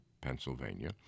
Pennsylvania